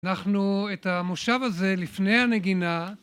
אנחנו את המושב הזה לפני הנגינה